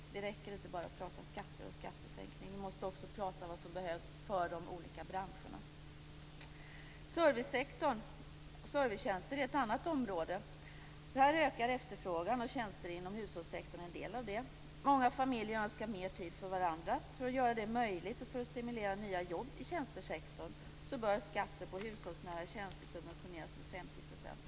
Det räcker inte med att bara prata om skatter och skattesänkning, vi måste också prata om vad som behövs för de olika branscherna. Servicesektorn och servicetjänster är ett annat område där efterfrågan ökar. Tjänster inom hushållssektorn är en del av det. Många familjer önskar mer tid för varandra. För att göra det möjligt och för att stimulera nya jobb i tjänstesektorn bör skatten på hushållsnära tjänster subventioneras med 50 %.